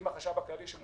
עם החשב הכללי.